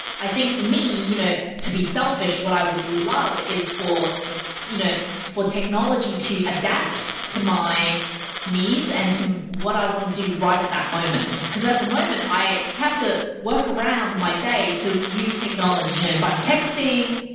i think for me, you know to be selfish what i would love is for you know for technology to adapt to my needs and what i want to do right at that moment because at the moment, i have to work around my day to use technology. you know if i am texting,